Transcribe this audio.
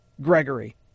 Gregory